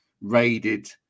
raided